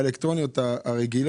לגבי